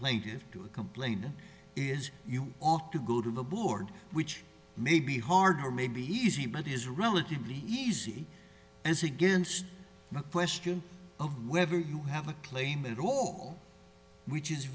a complaint is you ought to go to the board which may be harder may be easy but is relatively easy as against the question of whether you have a claim at all which is